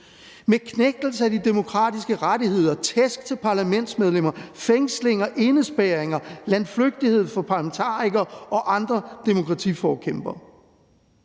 med knægtelse af de demokratiske rettigheder, tæsk til parlamentsmedlemmer, fængslinger, indespærringer og landflygtighed for parlamentarikere og andre demokratiforkæmpere,